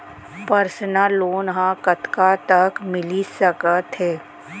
Personal loan ह कतका तक मिलिस सकथे?